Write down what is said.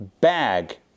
bag